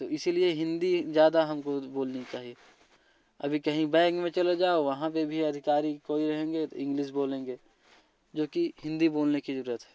तो इसलिए हिंदी ज्यादा हमको बोलनी चाहिए अभी कहीं बैंक में चले जाओ वहाँ पे भी अधिकारी कोई रहेंगे इंग्लिस बोलेंगे जो की हिंदी बोलने की जरूरत है